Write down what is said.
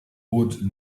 would